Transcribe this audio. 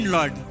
Lord